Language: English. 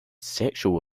sexual